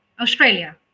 Australia